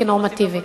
כנורמטיבי.